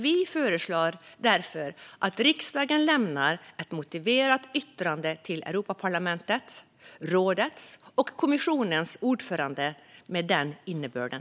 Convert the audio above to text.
Vi föreslår därför att riksdagen lämnar ett motiverat yttrande till Europaparlamentets, rådets och kommissionens ordförande med den innebörden.